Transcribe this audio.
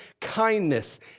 kindness